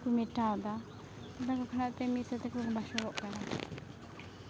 ᱠᱚ ᱢᱮᱴᱟᱣᱮᱫᱟ ᱚᱱᱟ ᱵᱟᱠᱷᱨᱟᱛᱮ ᱢᱤᱫ ᱥᱟᱶᱛᱮᱠᱚ ᱵᱟᱥᱚᱜᱚᱜ ᱠᱟᱱᱟ